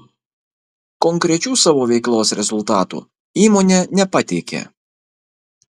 konkrečių savo veiklos rezultatų įmonė nepateikė